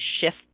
shift